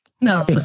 No